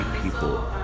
people